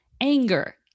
anger